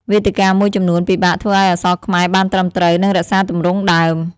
វេទិកាមួយចំនួនពិបាកធ្វើឱ្យអក្សរខ្មែរបានត្រឹមត្រូវ និងរក្សាទម្រង់ដើម។